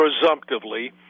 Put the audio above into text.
presumptively